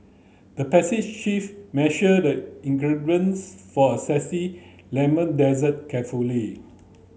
the passage chef measured the ingredients for a lemon dessert carefully